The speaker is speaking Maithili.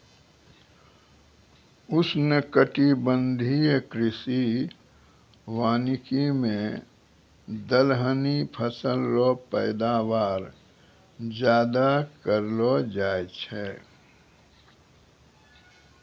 उष्णकटिबंधीय कृषि वानिकी मे दलहनी फसल रो पैदावार ज्यादा करलो जाय छै